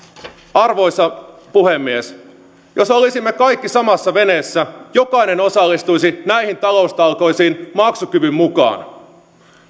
arvoisa puhemies jos olisimme kaikki samassa veneessä jokainen osallistuisi näihin taloustalkoisiin maksukykynsä mukaan